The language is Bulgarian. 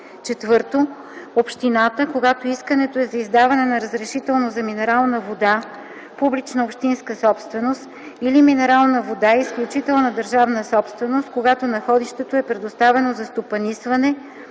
Дунав; 4. общината – когато искането е за издаване на разрешително за минерална вода - публична общинска собственост, или минерална вода - изключителна държавна собственост, когато находището е предоставено за стопанисване,